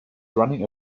running